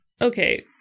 Okay